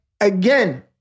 again